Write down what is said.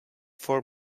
for